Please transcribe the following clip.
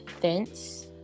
fence